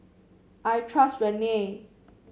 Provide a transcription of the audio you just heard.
I trust Rene